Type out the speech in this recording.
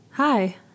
Hi